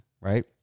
right